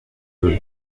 peu